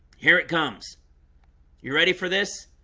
here it comes you ready for this?